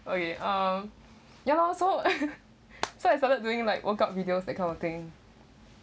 okay um ya lor so so I started doing like workout videos that kind of thing